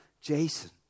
Jason